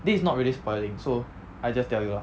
this is not really spoiling so I just tell you lah